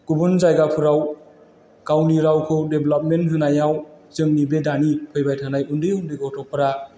गुबुन जायगाफोराव गावनि रावखौ डेभेलपमेन्ट होनायाव जोंनि बे दानि फैबाय थानाय उन्दै उन्दै गथ'फोरा